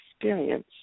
experience